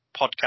podcast